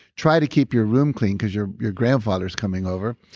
try to keep your room clean because your your grandfather's coming over,